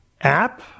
app